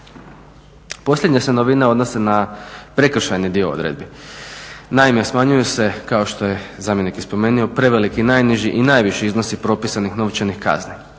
Posljednja se novina odnosi na prekršajni dio odredbi. Naime, smanjuju se, kao što je zamjenik i spomenuo preveliki najniži i najviši iznosi propisanih novčanih kazni,